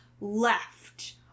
left